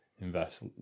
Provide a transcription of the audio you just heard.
invest